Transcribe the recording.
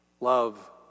Love